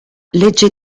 legge